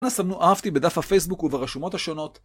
אנא סמנו "אהבתי" בדף הפייסבוק וברשומות השונות.